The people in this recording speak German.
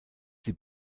sie